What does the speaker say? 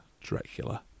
Dracula